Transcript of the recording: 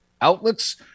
Outlets